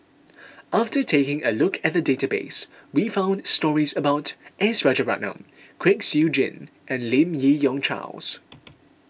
after taking a look at the database we found stories about S Rajaratnam Kwek Siew Jin and Lim Yi Yong Charles